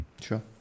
Sure